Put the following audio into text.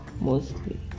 mostly